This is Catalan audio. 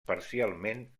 parcialment